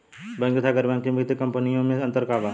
Bank तथा गैर banking वित्तीय कम्पनीयो मे अन्तर का बा?